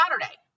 Saturday